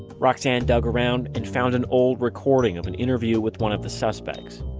roxane dug around and found an old recording of an interview with one of the suspects.